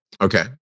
Okay